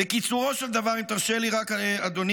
בקיצורו של דבר, אם תרשה לי רק אדוני,